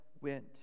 went